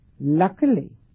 luckily